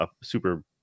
super